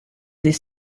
des